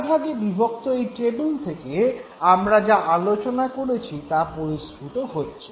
চারভাগে বিভক্ত এই টেবল থেকে আমরা যা আলোচনা করেছি তা পরিস্ফূট হচ্ছে